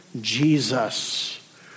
Jesus